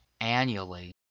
annually